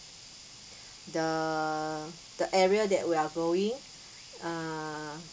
the the area that we are going err